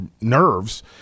nerves